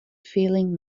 feeling